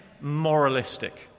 moralistic